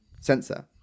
sensor